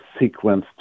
sequenced